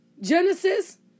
Genesis